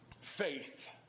faith